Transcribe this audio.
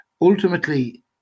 Ultimately